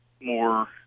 more